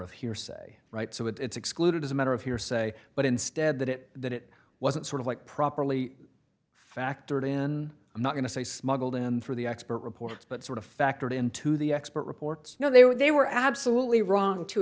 of hearsay right so it's excluded as a matter of hearsay but instead that it that it wasn't sort of like properly factored in i'm not going to say smuggled in for the expert reports but sort of factored into the expert reports you know they were they were absolutely wrong to